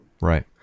Right